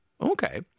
Okay